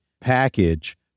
package